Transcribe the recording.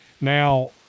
Now